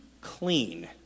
clean